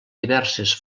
diverses